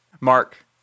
Mark